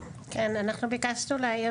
כן, אנחנו ביקשנו להעיר